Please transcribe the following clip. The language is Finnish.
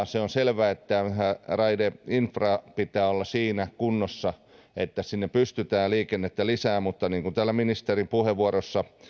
se on selvää että raideinfran pitää olla siinä kunnossa että sinne pystytään liikennettä lisäämään mutta niin kuin täällä ministerin puheenvuorossa